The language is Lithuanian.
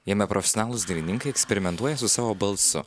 jame profesionalūs dainininkai eksperimentuoja su savo balsu